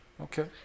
Okay